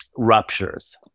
ruptures